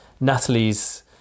Natalie's